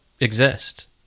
exist